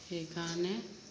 সেইকাৰণে